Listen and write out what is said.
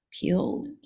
peeled